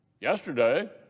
Yesterday